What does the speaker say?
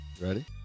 Ready